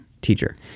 teacher